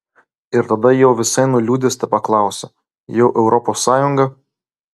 ir tada jau visai nuliūdęs tepaklausia jau europos sąjunga